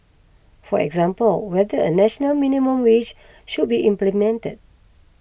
for example whether a national minimum wage should be implemented